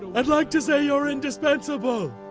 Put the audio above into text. i'd like to say you're indispensable.